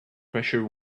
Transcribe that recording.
pressure